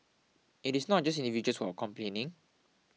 it is not just individuals who are complaining